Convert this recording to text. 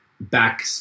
back